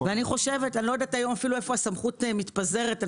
אני לא יודעת איפה הסמכות מתפזרת היום.